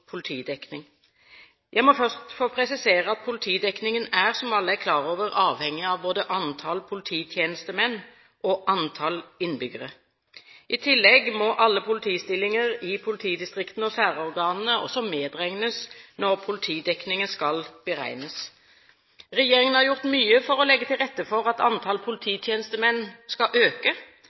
må først få presisere at politidekningen er – som alle er klar over – avhengig av både antall polititjenestemenn og antall innbyggere. I tillegg må alle politistillinger i politidistriktene og særorganene medregnes når politidekningen skal beregnes. Regjeringen har gjort mye for å legge til rette for at antall polititjenestemenn skal øke.